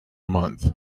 month